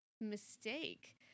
mistake